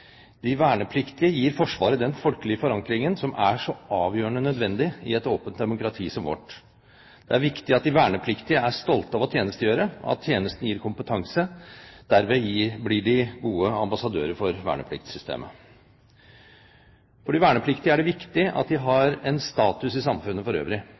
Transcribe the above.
De vernepliktige gir Forsvaret den folkelige forankringen som er så avgjørende i et åpent demokrati som vårt. Det er viktig at de vernepliktige er stolte av å tjenestegjøre, og at tjenesten gir kompetanse. Derved blir de gode ambassadører for vernepliktssystemet. For de vernepliktige er det viktig at de har status i samfunnet for øvrig.